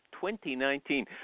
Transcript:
2019